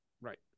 right